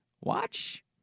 Watch